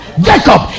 jacob